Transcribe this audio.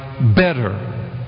better